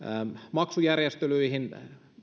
maksujärjestelyihin